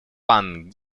пан